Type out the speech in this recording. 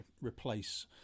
replace